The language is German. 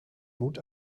mut